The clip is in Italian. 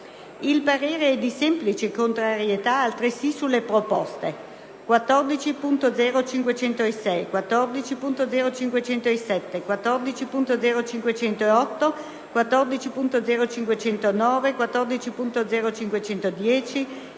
Il parere è di semplice contrarietà altresì sulle proposte 14.0.506, 14.0.507, 14.0.508, 14.0.509, 14.0.510,